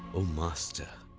o master,